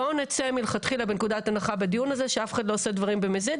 בואו נצא מלכתחילה מנקודת הנחה בדיון הזה שאף אחד לא עושה דברים במזיד,